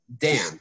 Dan